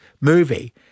movie